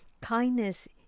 kindness